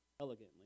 Elegantly